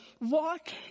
walk